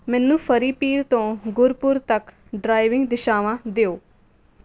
ਮੈਨੂੰ ਫਰੀਪੀਰ ਤੋਂ ਗੁਰਪੁਰ ਤੱਕ ਡਰਾਈਵਿੰਗ ਦਿਸ਼ਾਵਾਂ ਦਿਓ